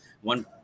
one